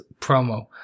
promo